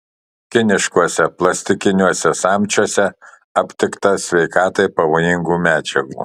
kiniškuose plastikiniuose samčiuose aptikta sveikatai pavojingų medžiagų